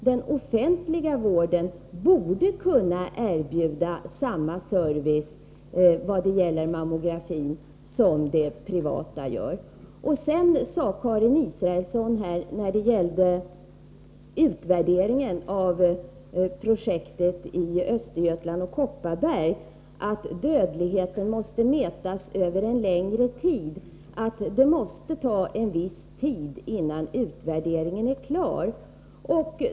Den offentliga vården borde kunna erbjuda samma service beträffande mammografi som den privata vården. När det gäller utvärderingen av projektet i Östergötlands län och Kopparbergs län sade Karin Israelsson att denna måste mätas över en längre tid och att det måste ta viss tid innan utvärderingen är klar.